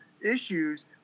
issues